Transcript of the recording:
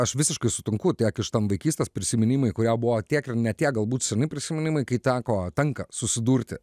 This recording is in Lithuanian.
aš visiškai sutinku tiek iš vaikystės prisiminimai kurie buvo tiek ir ne tiek galbūt seni prisiminimai kai teko tenka susidurti